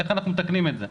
איך אנחנו מתקנים את זה?